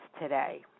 today